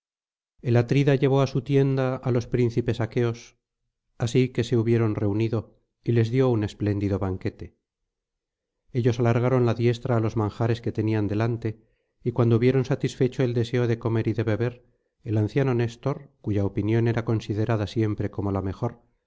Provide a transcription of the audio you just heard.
el atrida llevó á su tienda á los príncipes aqueos así que se hubieron reunido y les dio un espléndido banquete ellos alargaron la diestra á los manjares que tenían delante y cuando hubieron satisfecho el deseo de comer y de beber el anciano néstor cuya opinión era considerada siempre como la mejor